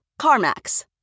CarMax